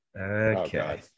Okay